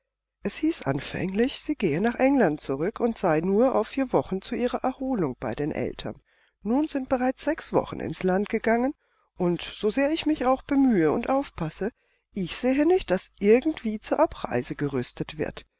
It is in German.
es hieß anfänglich sie gehe nach england zurück und sei nur auf vier wochen zu ihrer erholung bei den eltern nun sind bereits sechs wochen ins land gegangen und so sehr ich mich auch bemühe und aufpasse ich sehe nicht daß irgendwie zur abreise gerüstet wird